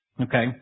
Okay